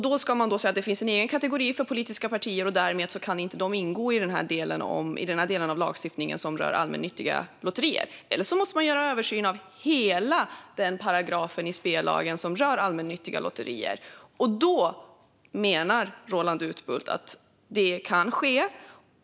Då ska man säga att det finns en egen kategori för politiska partier och därmed kan de inte ingå i den delen av lagstiftningen som rör allmännyttiga lotterier. Eller så måste man göra en översyn av hela den paragrafen i spellagen som rör allmännyttiga lotterier. Då menar Roland Utbult att det kan ske.